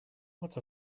what